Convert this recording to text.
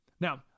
Now